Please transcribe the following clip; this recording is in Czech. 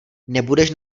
nebudeš